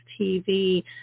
TV